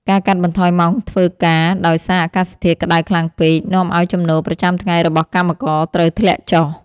ការកាត់បន្ថយម៉ោងធ្វើការដោយសារអាកាសធាតុក្ដៅខ្លាំងពេក នាំឱ្យចំណូលប្រចាំថ្ងៃរបស់កម្មករត្រូវធ្លាក់ចុះ។